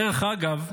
דרך אגב,